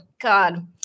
God